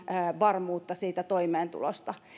varmuutta toimeentulosta